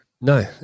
No